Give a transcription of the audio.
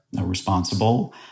responsible